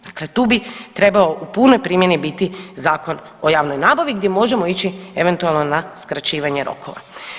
Dakle tu bi trebao u punoj primjeni biti Zakon o javnoj nabavi gdje možemo ići eventualno na skraćivanje rokova.